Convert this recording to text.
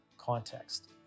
Context